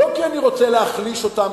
לא כי אני רוצה להחליש אותם,